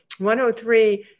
103